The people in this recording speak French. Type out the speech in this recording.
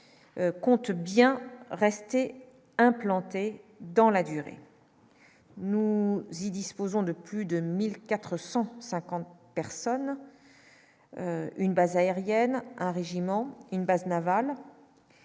compte bien rester implanté dans la durée, nous dit disposant de plus de 1450 personnes une base aérienne un régiment, une base navale,